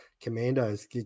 Commandos